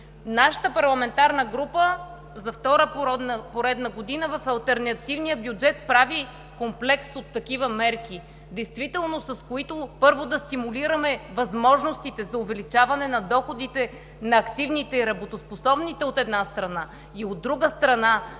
Нашата парламентарна група за втора поредна година в алтернативния бюджет прави комплекс от такива мерки, с които първо да стимулираме възможностите за увеличаване на доходите на активните и работоспособните, от една страна, и, от друга страна,